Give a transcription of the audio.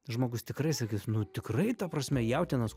žmogus tikrai sakys nu tikrai ta prasme jautienos